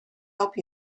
help